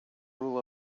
rule